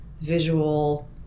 visual